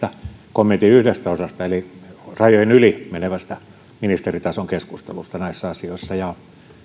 kommentin yhdestä osasta eli rajojen yli menevästä ministeritason keskustelusta näissä asioissa